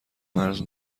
مرز